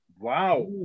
Wow